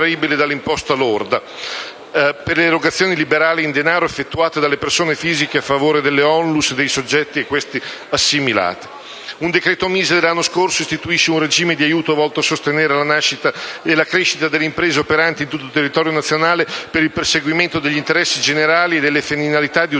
Un decreto MISE dell'anno scorso istituisce «un regime di aiuto volto a sostenere la nascita e la crescita delle imprese operanti, in tutto il territorio nazionale, per il perseguimento degli interessi generali e delle finalità di utilità